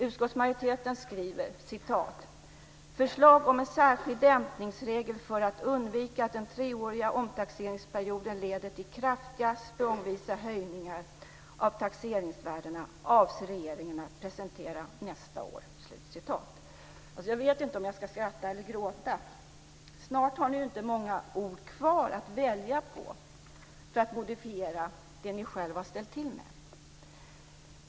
Utskottsmajoriteten skriver: "Förslag om en särskild dämpningsregel för att undvika att den treåriga omtaxeringsperioden leder till kraftiga språngvisa höjningar av taxeringsvärdena avser regeringen att presentera nästa år." Jag vet inte om jag ska skratta eller gråta. Snart har ni inte många ord kvar att välja på för att modifiera vad ni själva har ställt till med.